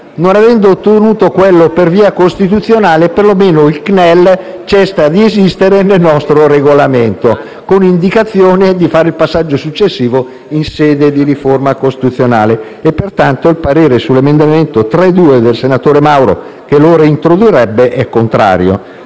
Non avendolo ottenuto per via costituzionale, perlomeno il CNEL cessa di esistere nel nostro Regolamento, con l'indicazione di fare un passaggio successivo in sede di riforma costituzionale. Pertanto, il parere sull'emendamento 3.2, che lo reintrodurrebbe, è contrario.